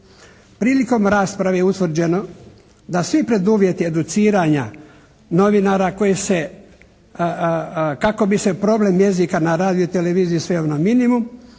Prilikom rasprave je utvrđeno da svi preduvjeti educiranja novinara koji se, kako bi se problem jezika na radio televiziji sveo na minimum